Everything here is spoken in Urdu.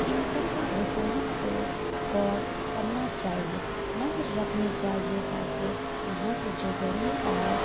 ان سب پر حکومت کو غور کرنا چاہیے نظر رکھنی چاہیے تاکہ یہاں کے جو غریب اور